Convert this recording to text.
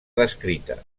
descrita